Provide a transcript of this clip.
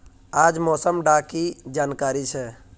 आज मौसम डा की जानकारी छै?